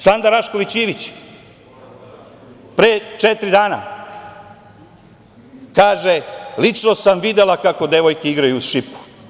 Sanda Rašković Ivić, pre četiri dana kaže – lično sam videla kako devojke igraju uz šipku.